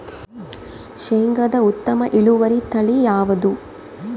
ಶೇಂಗಾದ ಉತ್ತಮ ಇಳುವರಿ ತಳಿ ಯಾವುದು?